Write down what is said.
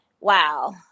wow